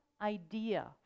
idea